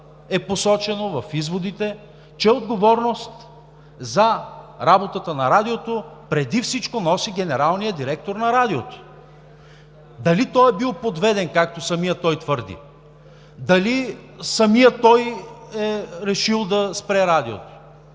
е посочено, че отговорност за работата на Радиото преди всичко носи генералният директор на Радиото. Дали той е бил подведен, както самият той твърди, дали самият той е решил да спре Радиото,